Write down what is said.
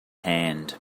hand